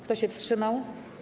Kto się wstrzymał?